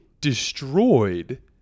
destroyed